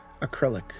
acrylic